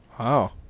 Wow